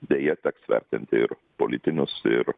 deja teks vertinti ir politinius ir